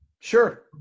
Sure